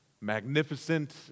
magnificent